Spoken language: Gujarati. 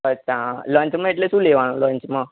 અચ્છા લંચમાં એટલે શુ લેવાનું લંચમાં